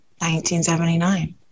1979